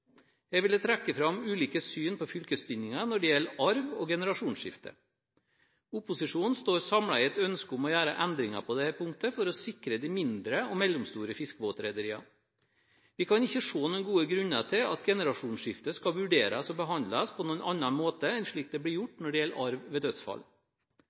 trekke fram ulike syn på fylkesbindinger når det gjelder arv og generasjonsskifte. Opposisjonen står samlet i et ønske om å gjøre endringer på dette punktet for å sikre de mindre og mellomstore fiskebåtrederiene. Vi kan ikke se noen gode grunner til at generasjonsskifte skal vurderes og behandles på noen annen måte enn slik det blir gjort når det gjelder arv ved dødsfall.